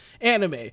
anime